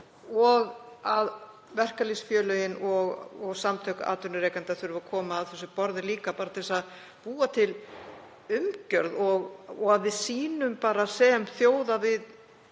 og að verkalýðsfélögin og samtök atvinnurekenda þurfi að koma að þessu borði líka til að búa til umgjörð og að við sýnum sem þjóð að við